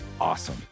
awesome